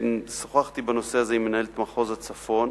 שוחחתי בנושא הזה עם מנהלת מחוז הצפון,